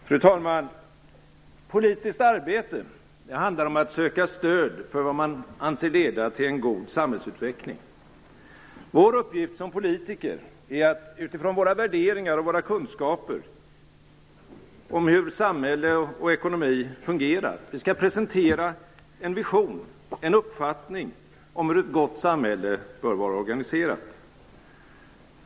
Fru talman! Politiskt arbete handlar om att söka stöd för vad man anser leda till en god samhällsutveckling. Vår uppgift som politiker är att utifrån våra värderingar och våra kunskaper om hur samhälle och ekonomi fungerar presentera en vision, en uppfattning om hur ett gott samhälle bör vara organiserat.